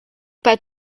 pas